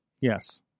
Yes